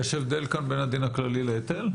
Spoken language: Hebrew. יש הבדל כאן בין הדין הכללי להיטל?